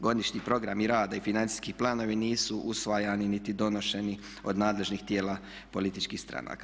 Godišnji programi rada i financijski planovi nisu usvajani niti donošeni od nadležnih tijela političkih stranaka.